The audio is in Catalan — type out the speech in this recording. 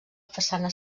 façana